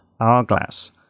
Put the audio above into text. Hourglass